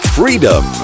freedom